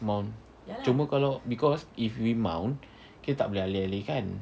mount cuba kalau because if we mount kita tak boleh alih-alih kan